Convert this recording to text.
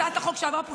הצעת החוק שעברה פה,